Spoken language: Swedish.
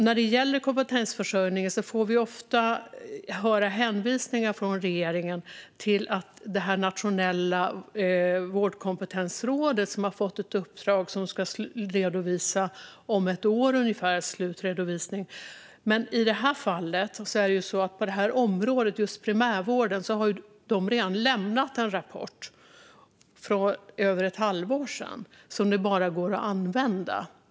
När det gäller kompetensförsörjningen får vi ofta höra hänvisningar från regeringen till Nationella vårdkompetensrådet, som har fått ett uppdrag som ska slutredovisas om ungefär ett år. På primärvårdens område har de dock redan lämnat en rapport - för över ett halvår sedan - som det går att använda.